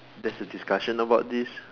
there's a discussion about this